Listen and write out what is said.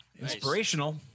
inspirational